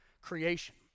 creation